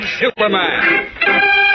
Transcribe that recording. Superman